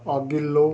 अघिल्लो